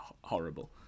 horrible